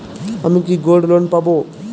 আমি কি gold loan পাবো?